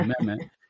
amendment